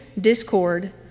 discord